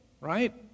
right